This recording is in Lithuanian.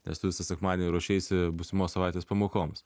nes tu visą sekmadienį ruošeisi būsimos savaitės pamokoms